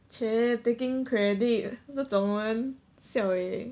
!chey! taking credit 这种人 siao eh